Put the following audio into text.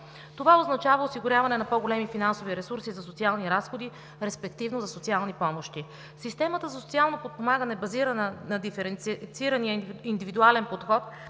Това означава осигуряване на по-големи финансови ресурси за социални разходи, респективно за социални помощи. Системата за социално подпомагане, базирана на диференцирания индивидуален подход,